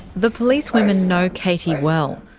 the policewomen know katy well.